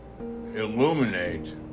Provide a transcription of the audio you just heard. illuminate